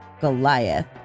Goliath